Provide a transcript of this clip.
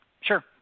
Sure